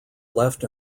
left